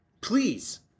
please